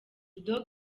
dog